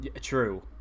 True